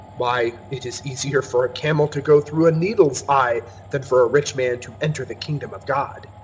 why, it is easier for a camel to go through a needle's eye than for a rich man to enter the kingdom of god.